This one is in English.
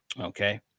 okay